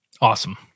Awesome